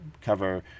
cover